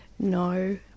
No